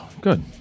Good